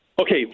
Okay